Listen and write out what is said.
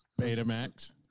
Betamax